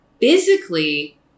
physically